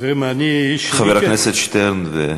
חבר הכנסת שטרן.